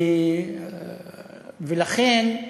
ולכן,